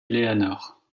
eleanor